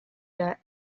that